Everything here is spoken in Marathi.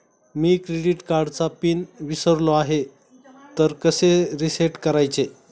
मी क्रेडिट कार्डचा पिन विसरलो आहे तर कसे रीसेट करायचे?